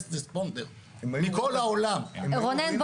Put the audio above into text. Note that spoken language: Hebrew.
ה"פרייסט ריספונדר" מכל העולם - רונן,